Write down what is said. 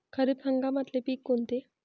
खरीप हंगामातले पिकं कोनते?